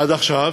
עד עכשיו,